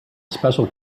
special